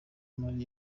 mali